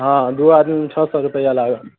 हँ दुइ आदमीमे छओ सओ रुपैआ लागत